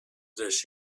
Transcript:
this